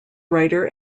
writer